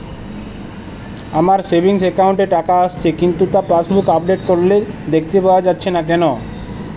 আমার savings account এ টাকা আসছে কিন্তু তা পাসবুক আপডেট করলে দেখতে পাওয়া যাচ্ছে না কেন?